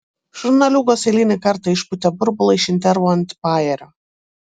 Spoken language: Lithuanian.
žurnaliūgos eilinį kartą išpūtė burbulą iš intervo ant bajerio